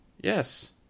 yes